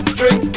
drink